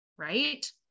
Right